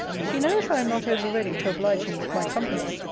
she knows i am not over ready to oblige him with my company,